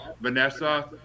Vanessa